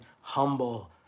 humble